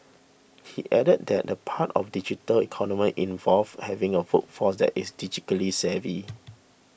he added that a part of digital economy involves having a workforce that is digitally savvy